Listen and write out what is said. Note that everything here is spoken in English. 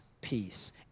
peace